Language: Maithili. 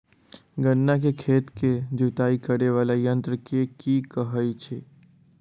गन्ना केँ खेत केँ जुताई करै वला यंत्र केँ की कहय छै?